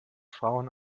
frauen